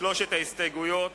שלוש ההסתייגויות